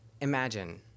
Imagine